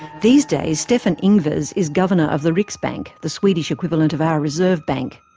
these days, stefan ingves is is governor of the riksbank, the swedish equivalent of our reserve bank.